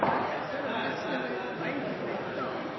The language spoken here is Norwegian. Jeg ser at det